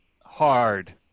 hard